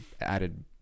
added